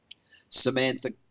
Samantha